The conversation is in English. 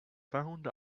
found